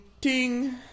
Ting